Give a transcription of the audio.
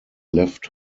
left